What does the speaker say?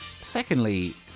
secondly